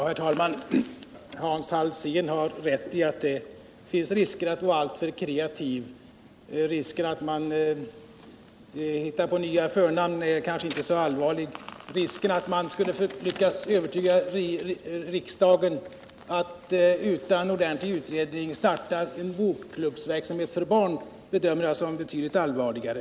Herr talman! Hans Alsén har rätt i att det finns risker med att vara alltför kreativ. Risken att man hittar på nya förnamn är kanske inte så allvarlig. Risken att man skulle lyckas övertyga riksdagen om att utan ordentlig utredning starta en bokklubbsverksamhet för barn bedömer jag som betydligt allvarligare.